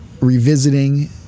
revisiting